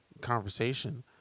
conversation